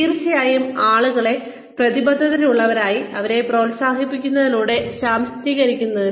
തീർച്ചയായും ആളുകളെ പ്രതിബദ്ധതയുള്ളവരായി അവരെ പ്രോത്സാഹിപ്പിക്കുന്നതിലൂടെ ശാക്തീകരിക്കുന്നതിന്